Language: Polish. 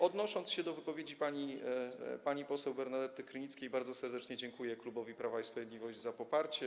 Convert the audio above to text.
Odnosząc się do wypowiedzi pani poseł Bernadety Krynickiej, bardzo serdecznie dziękuję klubowi Prawo i Sprawiedliwość za poparcie.